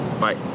Bye